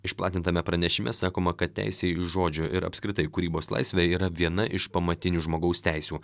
išplatintame pranešime sakoma kad teisė į žodžio ir apskritai kūrybos laisvę yra viena iš pamatinių žmogaus teisių